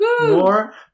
More